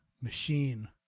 machine